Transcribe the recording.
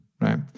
right